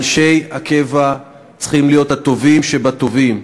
אנשי הקבע צריכים להיות הטובים שבטובים.